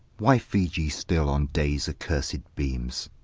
why feed ye still on day's accursed beams,